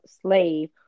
slave